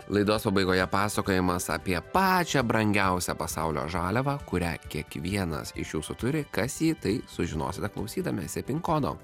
laidos pabaigoje pasakojimas apie pačią brangiausią pasaulio žaliavą kurią kiekvienas iš jūsų turi kas ji tai sužinosite klausydamiesi pin kodo